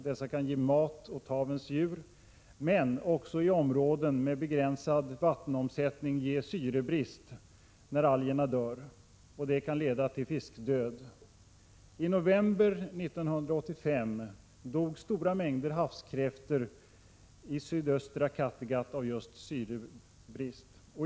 Dessa kan ge mat åt havets djur, men kan också i områden med begränsad vattenomsättning ge syrebrist när algerna dör. Detta kan leda till fiskdöd. I november 1985 dog stora mängder havskräftor i sydöstra Kattegatt av just syrebrist.